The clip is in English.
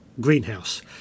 greenhouse